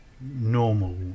normal